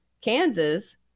Kansas